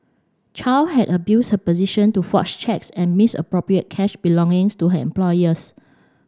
Chow had abused her position to forge cheques and misappropriate cash belongings to her employers